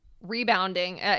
rebounding